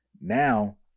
now